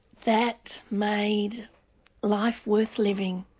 that made life worth living.